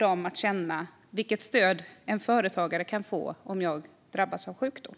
att känna vilket stöd de kan få om de drabbas av sjukdom.